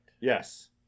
Yes